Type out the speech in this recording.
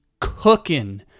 cooking